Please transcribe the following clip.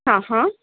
हां हां